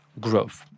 growth